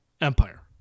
empire